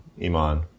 Iman